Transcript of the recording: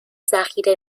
ذخیره